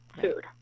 food